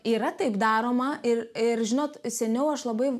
yra taip daroma ir ir žinot seniau aš labai